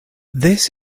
this